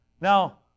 Now